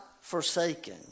forsaken